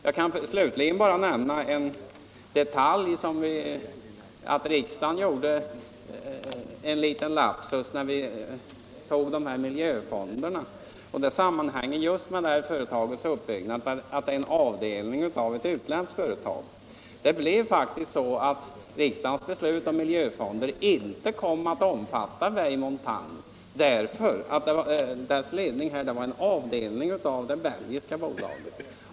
Jag kan slutligen, bara som en detalj, nämna att riksdagen gjorde en liten lapsus när vi beslutade om arbetsmiljöfonderna, och den sammanhängde just med det här företagets uppbyggnad. Riksdagens beslut om arbetsmiljöfonderna kom faktiskt inte att omfatta Vieille Montagne, eftersom dess ledning är en avdelning av det belgiska bolaget.